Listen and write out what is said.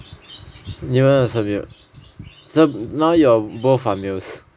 so now your both are males